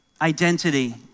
Identity